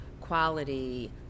quality